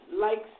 likes